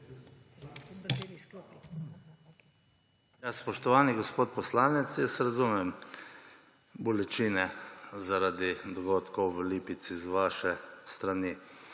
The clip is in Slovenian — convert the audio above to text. Ja, spoštovani gospod poslanec. Jaz razumem bolečine zaradi dogodkov v Lipici z vaše strani.